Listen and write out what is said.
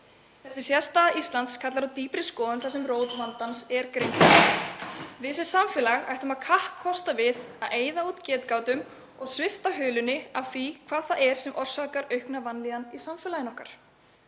Þessi sérstaða Íslands kallar á dýpri skoðun þar sem rót vandans er greind. Við sem samfélag ættum að kappkosta að eyða getgátum og svipta hulunni af því hvað það er sem orsakar aukna vanlíðan í samfélaginu okkar.